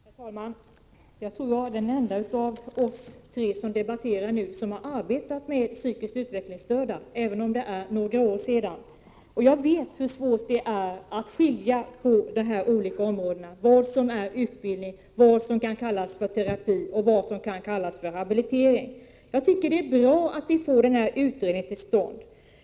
Herr talman! Jag tror att jag är den enda av oss tre som debatterar nu som har arbetat med psykiskt utvecklingsstörda, även om det är några år sedan. Jag vet hur svårt det är att göra skillnad på vad som är utbildning, vad som kan kallas terapi och vad som är habilitering. Jag tycker det är bra att utredningen kommer till stånd.